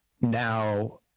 Now